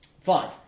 fine